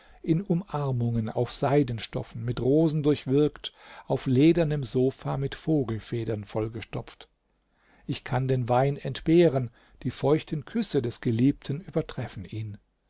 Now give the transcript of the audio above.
in umarmungen auf seidenstoffen mit rosen durchwirkt auf ledernem sofa mit vogelfedern vollgestopft ich kann den wein entbehren die feuchten küsse des geliebten übertreffen ihn